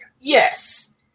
yes